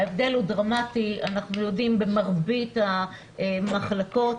ההבדל הוא דרמטי במרבית המחלקות.